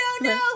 no